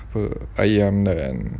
apa ayam dengan